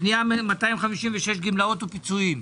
פנייה מס' 256: גמלאות ופיצויים.